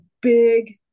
big